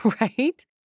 right